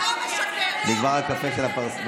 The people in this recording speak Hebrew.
את מביישת את הליכוד.